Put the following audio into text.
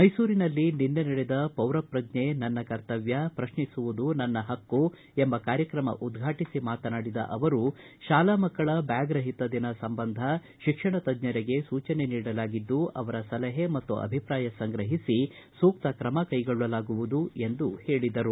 ಮೈಸೂರಿನಲ್ಲಿ ನಿನ್ನೆ ನಡೆದ ಪೌರ ಪ್ರಜ್ಜೆ ನನ್ನ ಕರ್ತವ್ಯ ಪ್ರಶ್ನಿಸುವುದು ನನ್ನ ಹಕ್ಕು ಎಂಬ ಕಾರ್ಯಕ್ರಮ ಉದ್ಘಾಟಿಸಿ ಮಾತನಾಡಿದ ಅವರು ಶಾಲಾ ಮಕ್ಕಳ ಬ್ಯಾಗ್ ರಹಿತ ದಿನ ಸಂಬಂಧ ಶಿಕ್ಷಣ ತಜ್ಜರಿಗೆ ಸೂಚನೆ ನೀಡಲಾಗಿದ್ದು ಅವರ ಸಲಹೆ ಮತ್ತು ಅಭಿಪ್ರಾಯ ಸಂಗ್ರಹಿಸಿ ಸೂಕ್ತ ತ್ರಮ ಕೈಗೊಳ್ಳಲಾಗುತ್ತದೆ ಎಂದು ಹೇಳಿದರು